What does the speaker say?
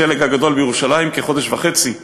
חודש וחצי,